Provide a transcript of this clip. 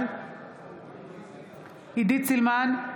בעד עידית סילמן,